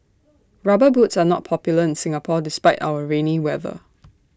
rubber boots are not popular in Singapore despite our rainy weather